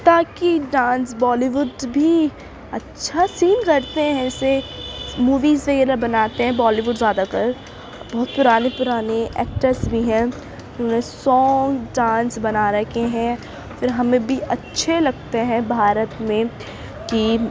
تاکہ dance Bollywood بھی اچھا سین کرتے ہیں ایسے موویز وغیرہ بناتے ہیں بالی ووڈ زیادہ تر بہت پرانے پرانے ایکٹرس بھی ہیں انہیں سانگ ڈانس بنا رکھے ہیں پھر ہمیں بھی اچھے لگتے ہیں بھارت میں کہ